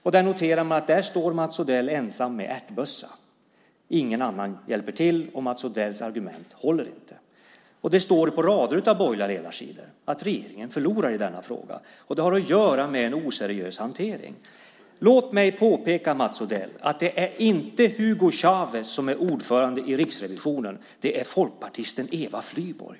Man noterar att där står Mats Odell ensam med ärtbössan, att ingen annan hjälper till och att Mats Odells argument inte håller. Det står i en lång rad av borgerliga ledarsidor att regeringen förlorar i denna fråga och att det har att göra med en oseriös hantering. Låt mig påpeka, Mats Odell, att det inte är Hugo Chávez som är ordförande i Riksrevisionen, utan det är folkpartisten Eva Flyborg.